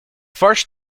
first